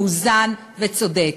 מאוזן וצודק.